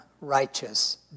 righteous